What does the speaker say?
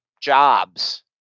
jobs